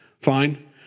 fine